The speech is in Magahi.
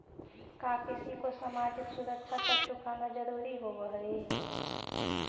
का किसी को सामाजिक सुरक्षा कर चुकाना जरूरी होवअ हई